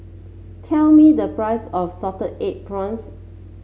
tell me the price of Salted Egg Prawns